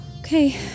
okay